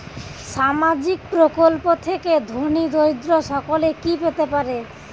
সামাজিক প্রকল্প থেকে ধনী দরিদ্র সকলে কি পেতে পারে?